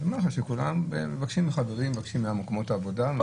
אמר לך מבקשים מחברים, מבקשים ממקומות העבודה.